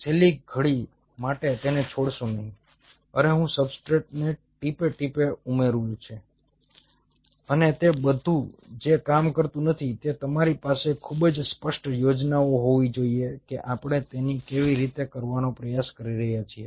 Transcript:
છેલ્લી ઘડી માટે તેને છોડશો નહીં અરે હું સબસ્ટ્રેટને ટીપે ટીપે ઉમેર્યું છું અને તે બધું જે કામ કરતું નથી તે તમારી પાસે ખૂબ જ સ્પષ્ટ યોજનાઓ હોવી જોઈએ કે આપણે તેને કેવી રીતે કરવાનો પ્રયાસ કરી રહ્યા છીએ